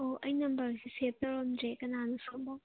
ꯑꯣ ꯑꯩ ꯅꯝꯕꯔꯁꯦ ꯁꯦꯐ ꯇꯧꯔꯝꯗ꯭ꯔꯦ ꯀꯅꯥꯅꯣ ꯁꯣꯝꯕꯣ